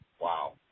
Wow